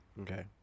okay